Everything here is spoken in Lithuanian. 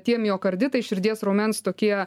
tie miokarditai širdies raumens tokie